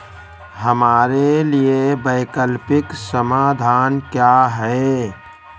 हमारे लिए वैकल्पिक समाधान क्या है?